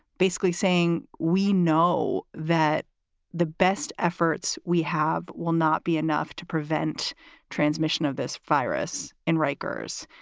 basically saying, we know that the best efforts we have will not be enough to prevent transmission of this virus in rikers.